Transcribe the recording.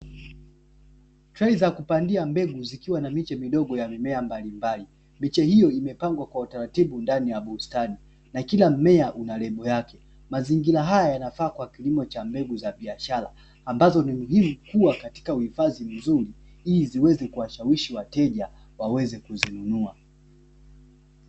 Trei za kupangia mbegu zikiwa na miche midogo ya mimea mbalimbali, miche hiyo imepandwa kwa utaratibu ndani ya bustani na kila mmea una lebo yake, mazingira haya yanafaa kwa kilimo cha mbegu za biashara, ambazo ni muhimu kuwa katika uhifadhi mzuri, ili ziweze kuwashawishi wateja waweze kuzinunua.